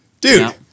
Dude